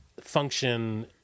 function